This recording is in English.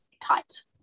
tight